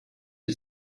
you